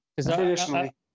Traditionally